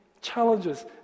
challenges